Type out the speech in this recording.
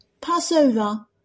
Passover